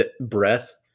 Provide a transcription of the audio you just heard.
breath